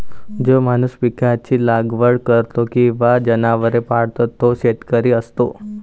जो माणूस पिकांची लागवड करतो किंवा जनावरे पाळतो तो शेतकरी असतो